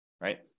right